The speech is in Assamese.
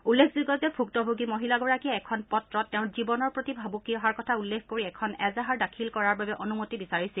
উল্লেখযোগ্য যে ভূক্তভোগী মহিলাগৰাকীয়ে এখন পত্ৰত তেওঁৰ জীৱনৰ প্ৰতি ভাবুকি অহাৰ কথা উল্লেখ কৰি এখন এজাহাৰ দাখিল কৰাৰ বাবে অনুমতি বিচাৰিছিল